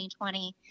2020